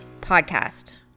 podcast